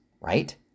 right